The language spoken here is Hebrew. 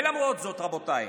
למרות זאת, רבותיי,